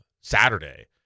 Saturday